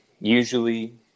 usually